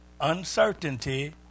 uncertainty